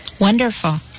Wonderful